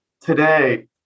today